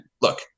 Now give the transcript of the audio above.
look